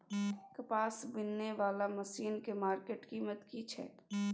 कपास बीनने वाला मसीन के मार्केट कीमत की छै?